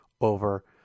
over